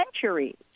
centuries